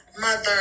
mother